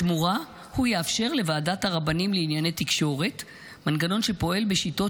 בתמורה הוא יאפשר לוועדת הרבנים לענייני תקשורת מנגנון שפועל בשיטות